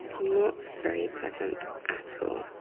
not very pleasant at all.